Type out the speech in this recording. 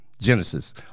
Genesis